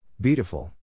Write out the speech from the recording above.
Beautiful